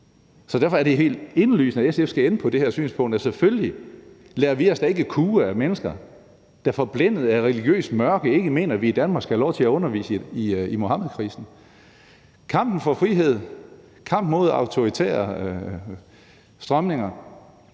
Så derfor er det helt indlysende, at SF skal ende på det her synspunkt, at selvfølgelig lader vi os da ikke kue af mennesker, der forblændet af religiøst mørke ikke mener, at vi i Danmark skal have lov til at undervise i Muhammedkrisen. Kampen for frihed, kampen mod autoritære strømninger